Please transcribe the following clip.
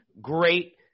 great